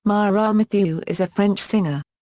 mireille mathieu is a french singer.